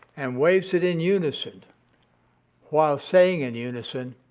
and waves it in unison while saying in unison,